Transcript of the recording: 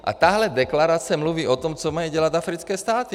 A tahle deklarace mluví o tom, co mají dělat africké státy.